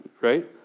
right